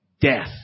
death